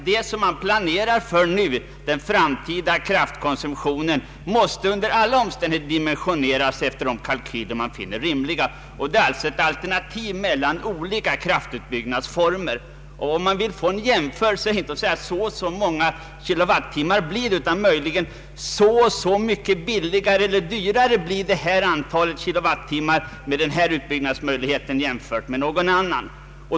Den framtida kraftkonsumtionen, som vi nu planerar för, måste under alla omständigheter dimensioneras efter de kalkyler man finner rimliga, och det blir fråga om ett val mellan olika kraftutbyggnadsformer. Vid en jämförelse bör man inte säga att vattenkraften ger så och så många kilowattimmar, utan möjligen att så och så mycket billigare eller dyrare blir det nödvändiga antalet kilowattimmar med den ena utbyggnadsmöjligheten jämförd med någon annan.